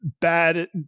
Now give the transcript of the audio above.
bad